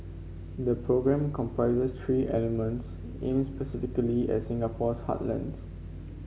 the programme comprises three elements aimed specifically at Singapore's heartlands